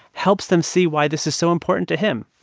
helps them see why this is so important to him.